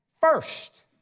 first